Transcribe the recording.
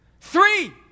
Three